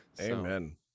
amen